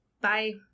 Bye